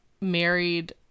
married